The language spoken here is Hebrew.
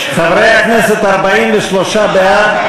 חברי הכנסת, 43 בעד,